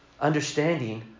understanding